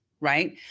right